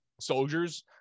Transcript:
soldiers